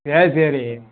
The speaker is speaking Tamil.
சரி சரி